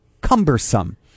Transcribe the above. cumbersome